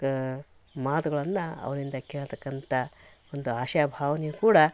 ಗ ಮಾತುಗಳನ್ನು ಅವರಿಂದ ಕೇಳತಕ್ಕಂಥ ಒಂದು ಆಶಾಭಾವನೆಯೂ ಕೂಡ